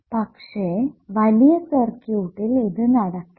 പക്ഷെ വലിയ സർക്യൂട്ടിൽ ഇത് നടക്കില്ല